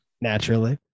naturally